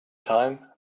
time